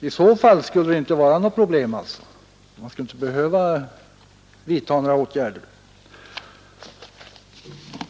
I så fall skulle det inte vara något problem alls, och man skulle inte behöva vidta några åtgärder.